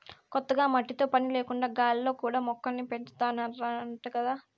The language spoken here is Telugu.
కొత్తగా మట్టితో పని లేకుండా గాలిలో కూడా మొక్కల్ని పెంచాతన్నారంట గదా